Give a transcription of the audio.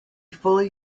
fully